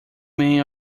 man